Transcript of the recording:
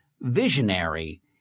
visionary